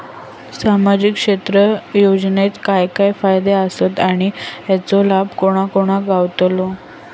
सामजिक क्षेत्र योजनेत काय काय फायदे आसत आणि हेचो लाभ कोणा कोणाक गावतलो?